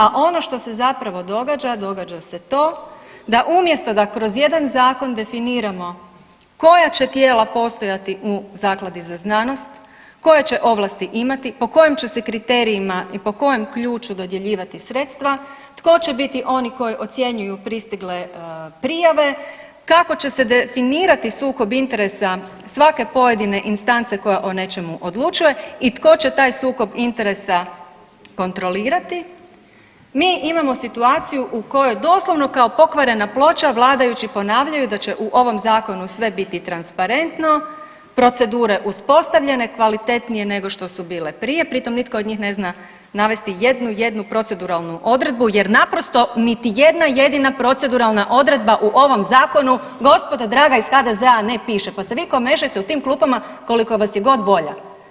A ono što se zapravo događa, događa se to da umjesto da kroz jedan zakon definiramo koja će tijela postojati u Zakladi za znanost, koje će ovlasti imati, po kojim će se kriterijima i po kojem ključu dodjeljivati sredstva, tko će biti oni koji ocjenjuju pristigle prijave, kako će se definirati sukob interesa svake pojedine instance koja o nečemu odlučuje i tko će taj sukob interesa kontrolirati, mi imamo situaciju u kojoj doslovno kao pokvarena ploča vladajući ponavljaju da će u ovom Zakonu sve biti transparentno, procedure uspostavljene, kvalitetnije nego što su bile prije, pritom nitko od njih ne zna navesti jednu, jednu proceduralnu odredbu jer naprosto niti jedna jedina proceduralna odredba u ovom Zakonu, gospodo draga iz HDZ-a, ne piše, pa se vi komešajte u tim klupama koliko vas je god volja.